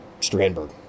Strandberg